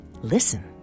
Listen